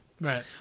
Right